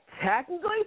Technically